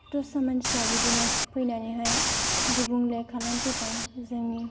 दस्रा मानसिफ्रा बिदिनो फैनानैहाय गुबुंले खालामफैबाय जोंनि